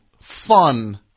fun